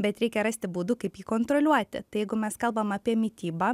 bet reikia rasti būdų kaip jį kontroliuoti tai jeigu mes kalbam apie mitybą